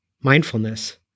mindfulness